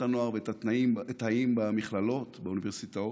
הנוער ואת התאים במכללות ובאוניברסיטאות.